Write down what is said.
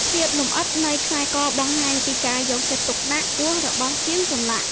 ភាពលម្អិតនៃខ្សែកបង្ហាញពីការយកចិត្តទុកដាក់ខ្ពស់របស់ជាងចម្លាក់។